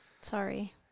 Sorry